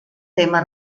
tema